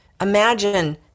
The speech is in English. Imagine